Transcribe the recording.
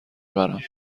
برم